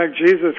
Jesus